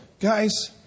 guys